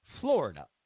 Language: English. Florida